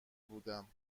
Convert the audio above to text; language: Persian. بودم